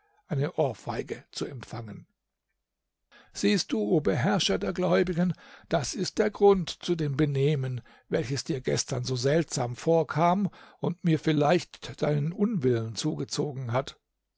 eine ohrfeige zu empfangen siehst du o beherrscher der gläubigen das ist der grund zu dem benehmen welches dir gestern so seltsam vorkam und mir vielleicht deinen unwillen zugezogen hat